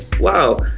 wow